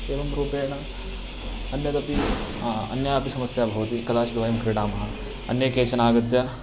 एवं रूपेण अन्यदपि अन्यापि समस्या भवति कदाचित् वयं क्रीडामः अन्ये केचन आगत्य